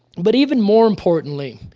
but even more importantly,